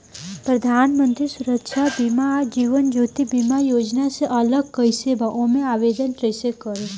प्रधानमंत्री सुरक्षा बीमा आ जीवन ज्योति बीमा योजना से अलग कईसे बा ओमे आवदेन कईसे करी?